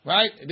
Right